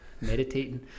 meditating